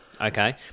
Okay